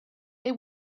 they